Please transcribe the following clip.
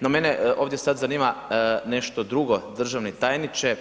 no mene ovdje sad zanima nešto drugo državni tajniče.